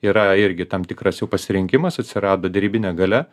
yra irgi tam tikras jų pasirinkimas atsirado derybinė galia